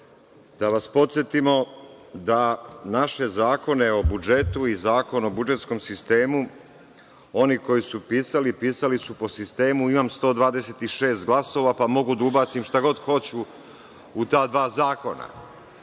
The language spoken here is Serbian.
da vas podsetimo da naše zakone o budžetu i Zakon o budžetskom sistemu oni koji su pisali, pisali su po sistemu – imam 126 glasova, pa mogu da ubacim šta god hoću u ta dva zakona.